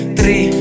Three